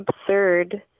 absurd